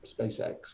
SpaceX